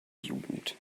jugend